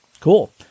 Cool